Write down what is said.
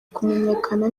kumenyekana